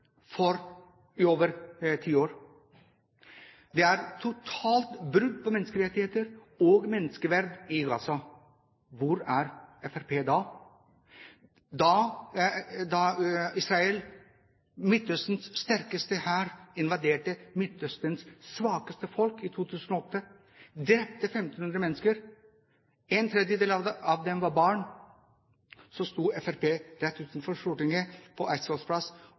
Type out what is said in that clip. i over ti år. Det er totalt brudd på menneskerettigheter og menneskeverd i Gaza. Hvor er Fremskrittspartiet da? Da Israel, Midtøstens sterkeste hær, invaderte Midtøstens svakeste folk i 2008, drepte 1 500 mennesker – en tredjedel av dem var barn – sto Fremskrittspartiet rett utenfor Stortinget, på